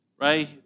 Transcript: right